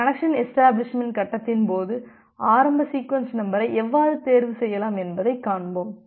connection establishment கட்டத்தின் போது ஆரம்ப சீக்வென்ஸ் நம்பரை எவ்வாறு தேர்வு செய்யலாம் என்பதை காண்போம்